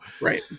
right